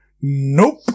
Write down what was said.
nope